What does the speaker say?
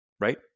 Right